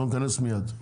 אנחנו נכנס מיד,